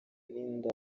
n’inda